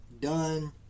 Done